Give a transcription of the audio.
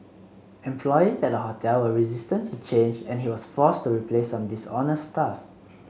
employees at the hotel were resistant to change and he was forced to replace some dishonest staff